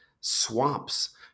swamps